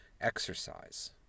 exercise